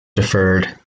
deferred